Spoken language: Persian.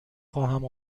خواهم